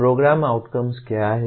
programme outcomes क्या हैं